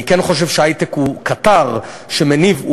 אני כן חושב שהיי-טק הוא קטר שמניב היום,